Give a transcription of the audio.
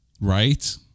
Right